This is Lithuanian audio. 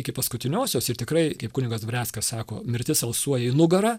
iki paskutiniosios ir tikrai kaip kunigas dvareckas sako mirtis alsuoja į nugarą